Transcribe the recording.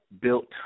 built